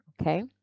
okay